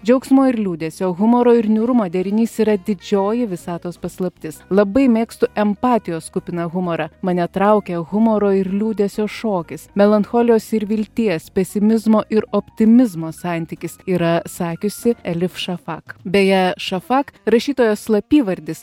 džiaugsmo ir liūdesio humoro ir niūrumo derinys yra didžioji visatos paslaptis labai mėgstu empatijos kupiną humorą mane traukia humoro ir liūdesio šokis melancholijos ir vilties pesimizmo ir optimizmo santykis yra sakiusi elif šafak beje šafak rašytojos slapyvardis